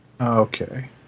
Okay